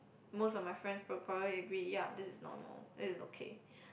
most of my friends would probably agree ya this is normal this is okay